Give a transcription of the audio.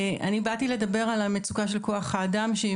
אני באתי לדבר על המצוקה של כוח האדם שהיא